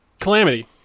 Calamity